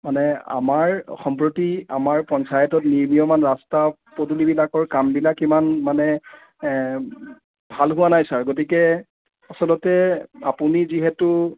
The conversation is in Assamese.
মানে আমাৰ সম্প্ৰতি আমাৰ পঞ্চায়তত নিৰ্মীয়মান ৰাস্তা পদূলিবিলাকৰ কাম ইমান মানে ভাল হোৱা নাই ছাৰ গতিকে আচলতে আপুনি যিহেতু